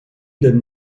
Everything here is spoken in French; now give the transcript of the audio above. donne